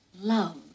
love